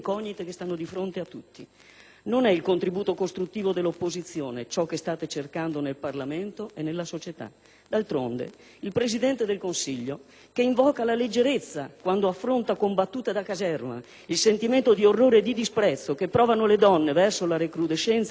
Non è il contributo costruttivo dell'opposizione ciò che state cercando nel Parlamento e nella società. D'altronde, il Presidente del Consiglio, che invoca la leggerezza quando affronta con battute da caserma il sentimento di orrore e di disprezzo che provano le donne verso la recrudescenza della violenza nei loro confronti,